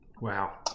Wow